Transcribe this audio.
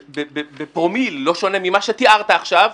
בפרומיל לא שונה ממה שתיארת עכשיו,